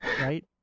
right